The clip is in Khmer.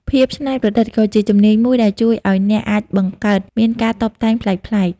ភាពច្នៃប្រឌិត ក៏ជាជំនាញមួយដែលជួយឱ្យអ្នកអាចបង្កើតមានការតុបតែងប្លែកៗ។